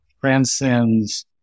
transcends